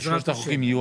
על שלושת החוקים?